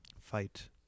Fight